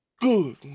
Good